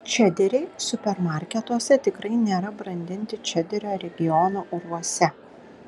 čederiai supermarketuose tikrai nėra brandinti čederio regiono urvuose